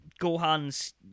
Gohan's